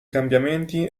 cambiamenti